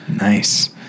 Nice